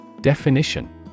Definition